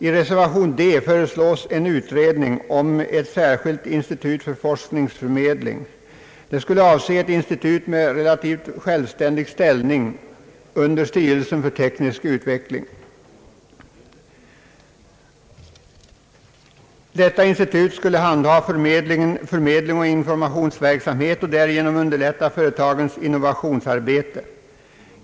I reservation D föreslås en utredning om ett särskilt institut för forskningsförmedling. Institutet skulle ha en relativt självständig ställning under styrelsen för teknisk utveckling. Detta institut skulle handha förmedlingsoch informationsverksamhet och därigenom underlätta företagens innovationsarbete.